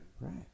Right